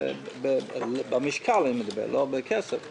במשקל לא בכסף.